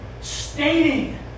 staining